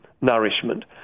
nourishment